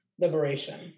liberation